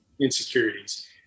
insecurities